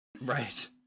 Right